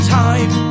time